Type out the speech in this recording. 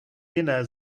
jiné